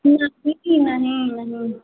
नहीं नहीं नहीं